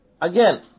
again